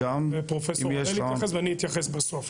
לסקור את מדיניותו ולעבוד ביחד לטובת